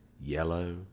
yellow